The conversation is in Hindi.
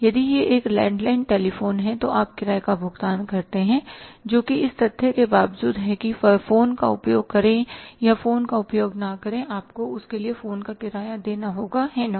यदि यह एक लैंडलाइन टेलीफ़ोन है तो आप किराए का भुगतान करते हैं जो कि इस तथ्य के बावजूद है कि फोन का उपयोग करें या फोन का उपयोग न करें आपको उसके लिए फोन का किराया देना होगा है ना